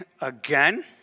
again